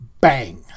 bang